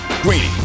Greeny